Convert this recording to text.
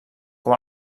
com